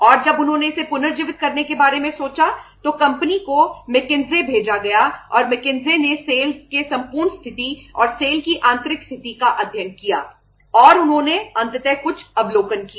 और जब उन्होंने इसे पुनर्जीवित करने के बारे में सोचा तो कंपनी को मैकिन्से की आंतरिक स्थिति का अध्ययन किया और उन्होंने अंततः कुछ अवलोकन किए